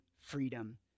freedom